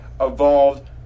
evolved